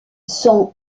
sont